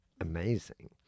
amazing